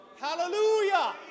Hallelujah